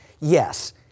Yes